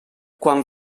quan